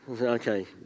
Okay